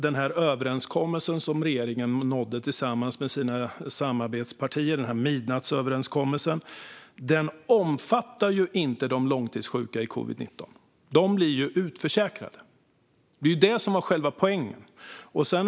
Den överenskommelse som regeringen nådde med sina samarbetspartier - midnattsöverenskommelsen - omfattar ju inte de som är långtidssjuka i covid-19. De blir utförsäkrade. Det var själva poängen.